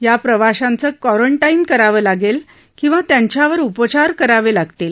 या प्रवाशांचे क्वारंटाईन करावे लागेल किंवा त्यांच्यावर उपचार करावे लागतील